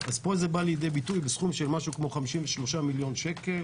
אז פה זה בא לידי ביטוי בסכום של משהו כמו 53 מיליון שקלים.